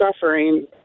suffering